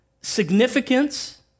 significance